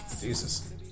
Jesus